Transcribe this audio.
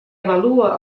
avalua